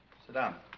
sit down